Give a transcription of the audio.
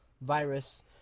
virus